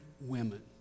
women